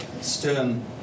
stern